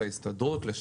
ההסתדרות.